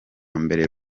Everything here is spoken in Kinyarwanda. mbere